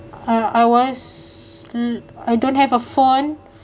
I I was l~ I don't have a phone